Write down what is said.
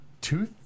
two